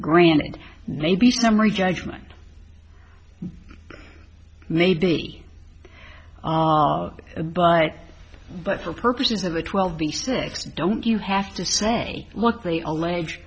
granted maybe summary judgment maybe and but but for purposes of the twelve being six don't you have to say what they allege